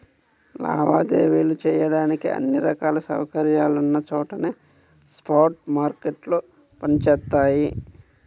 లావాదేవీలు చెయ్యడానికి అన్ని రకాల సౌకర్యాలున్న చోటనే స్పాట్ మార్కెట్లు పనిచేత్తయ్యి